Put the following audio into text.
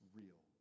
real